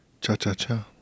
Cha-cha-cha